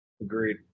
agreed